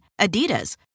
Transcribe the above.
Adidas